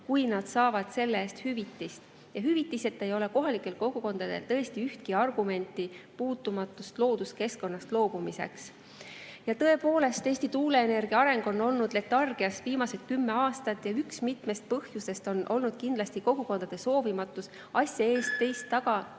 kui nad saavad selle eest hüvitist. Hüvitiseta ei ole kohalikel kogukondadel tõesti ühtki argumenti puutumatust looduskeskkonnast loobumiseks. Tõepoolest, Eesti tuuleenergia areng on olnud letargias viimased kümme aastat ja üks mitmest põhjusest on olnud kindlasti kogukondade soovimatus asja ees, teist taga